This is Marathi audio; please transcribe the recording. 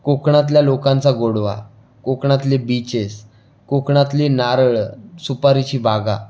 कोकणातल्या लोकांचा गोडवा कोकणातले बीचेस कोकणातले नारळं सुपारीची बागा